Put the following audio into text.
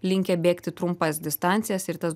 linkę bėgti trumpas distancijas ir tas